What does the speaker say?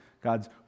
God's